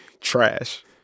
trash